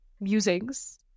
musings